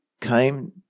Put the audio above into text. came